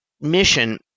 mission